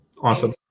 Awesome